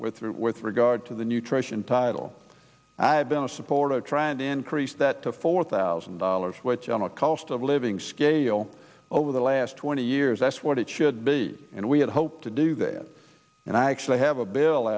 with the with regard to the nutrition title i have been a supporter to try and increase that to four thousand dollars which on a culture of living scale over the last twenty years that's what it should be and we had hoped to do that and i actually have a bill